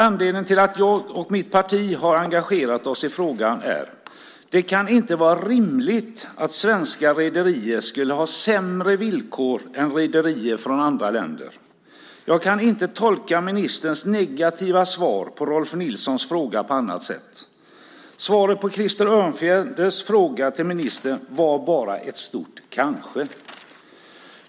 Anledningen till att jag och mitt parti har engagerat oss i frågan är att det inte kan vara rimligt att svenska rederier ska ha sämre villkor än rederier från andra länder. Jag kan inte tolka ministerns negativa svar på Rolf Nilssons fråga på annat sätt. Svaret på Krister Örnfjäders fråga till ministern vara bara ett stort kanske.